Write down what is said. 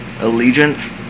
allegiance